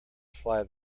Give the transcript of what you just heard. fly